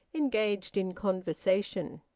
engaged in conversation.